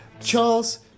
Charles